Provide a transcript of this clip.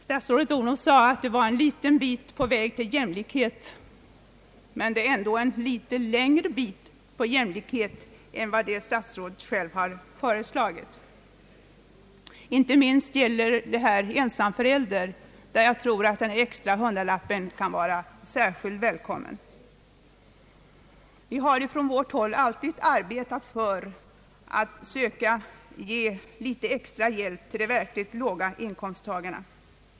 Statsrådet Odhnoff sade att detta var en liten bit på vägen till jämlikhet, men det är dock en större bit än vad statsrådet själv har föreslagit. Inte minst för en ensam förälder kan den extra hundralappen vara särskilt välkommen. Vi har alltid från vårt håll arbetat för att försöka ge litet extra hjälp till människor med verkligt låga inkomster.